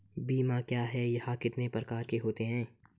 बीमा क्या है यह कितने प्रकार के होते हैं?